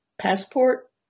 passport